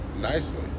nicely